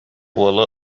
уолу